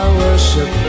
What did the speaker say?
worship